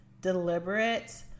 deliberate